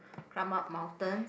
climb up mountains